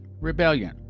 rebellion